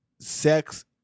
sex